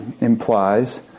implies